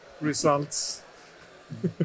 results